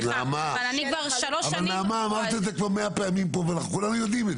נעמה אמרת את זה כבר 100 פעמים פה ואנחנו כולנו יודעים את זה.